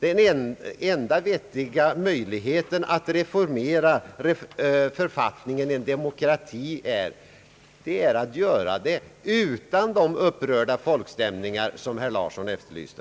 Det enda vettiga sättet att reformera författningen i en demokrati är att göra det utan de upprörda folkstämningar som herr Larsson efterlyste.